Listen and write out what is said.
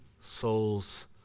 souls